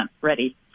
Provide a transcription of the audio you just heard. ready